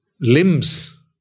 limbs